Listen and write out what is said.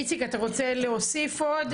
איציק, אתה רוצה להוסיף עוד?